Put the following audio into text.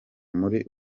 muri